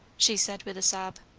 she said with a sob.